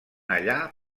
allà